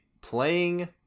playing